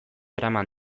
eraman